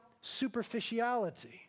superficiality